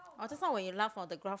oh just now when you laugh oh the graph